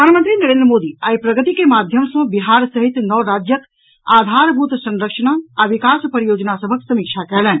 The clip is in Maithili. प्रधानमंत्री नरेन्द्र मोदी आइ प्रगति के माध्यम सॅ बिहार सहित नओ राज्यक आधारभूत संरचना आ विकास परियोजना सभक समीक्षा कयलनि